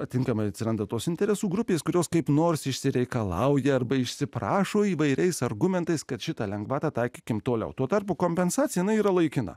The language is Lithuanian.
atitinkamai atsiranda tos interesų grupės kurios kaip nors išsireikalauja arba išsiprašo įvairiais argumentais kad šitą lengvatą taikykime toliau tuo tarpu kompensacija yra laikina